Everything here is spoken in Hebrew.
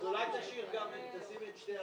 אז אולי תשים את שתי האופציות.